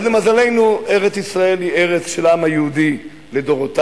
אז למזלנו ארץ-ישראל היא ארץ של העם היהודי לדורותיו,